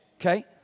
Okay